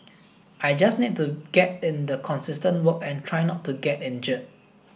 I just need to get in the consistent work and try not to get injured